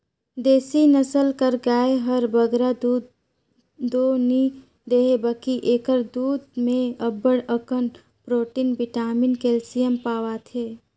देसी नसल कर गाय हर बगरा दूद दो नी देहे बकि एकर दूद में अब्बड़ अकन प्रोटिन, बिटामिन, केल्सियम पवाथे